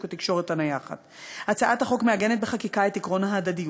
התקשורת הנייחת: הצעת החוק מעגנת בחקיקה את עקרון ההדדיות,